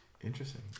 Interesting